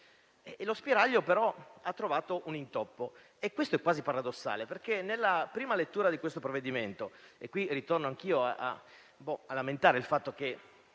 uno spiraglio, che però ha trovato un intoppo. Questo è quasi paradossale perché nella prima lettura di questo provvedimento - ritorno anch'io a lamentare che